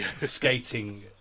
skating